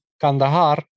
Kandahar